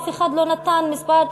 אף אחד לא נתן מספר,